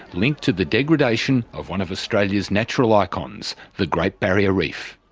linked to the degradation of one of australia's natural icons, the great barrier reef.